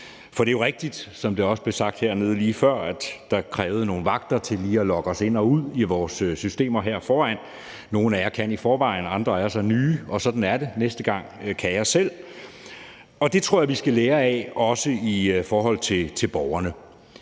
For det er jo rigtigt, som det også blev sagt nede fra salen lige før, at det kræver nogle vagters hjælp lige at logge os ind i og ud af vores systemer på vores plads. Nogle af jer kan det i forvejen, andre af os er nye, og sådan er det. Næste gang kan jeg selv. Det tror jeg vi skal lære af, også i forhold til borgerne.